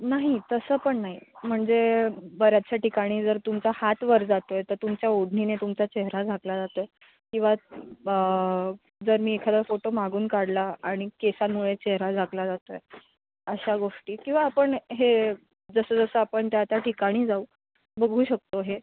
नाही तसं पण नाही म्हणजे बऱ्याचश्या ठिकाणी जर तुमचा हात वर जातो आहे तर तुमच्या ओढणीने तुमचा चेहरा झाकला जातो आहे किंवा जर मी एखादा फोटो मागून काढला आणि केसांमुळे चेहरा झाकला जातो आहे अशा गोष्टी किंवा आपण हे जसंजसं आपण त्या त्या ठिकाणी जाऊ बघू शकतो हे